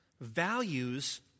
values